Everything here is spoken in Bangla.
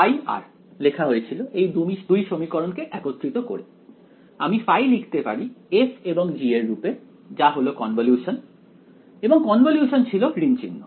ϕ লেখা হয়েছিল এই দুই সমীকরণকে একত্রিত করে আমি ϕ লিখতে পারি f এবং g এর রূপে যা হলো কনভলিউশন এবং কনভলিউশন ছিল ঋণ চিহ্ন